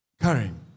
Karen